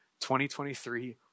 2023